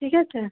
ঠিক আছে